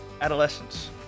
adolescence